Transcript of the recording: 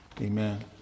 Amen